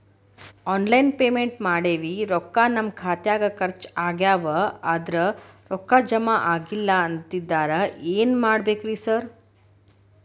Online payment ಮಾಡೇವಿ ರೊಕ್ಕಾ ನಮ್ ಖಾತ್ಯಾಗ ಖರ್ಚ್ ಆಗ್ಯಾದ ಅವ್ರ್ ರೊಕ್ಕ ಜಮಾ ಆಗಿಲ್ಲ ಅಂತಿದ್ದಾರ ಏನ್ ಮಾಡ್ಬೇಕ್ರಿ ಸರ್?